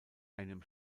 einem